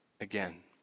again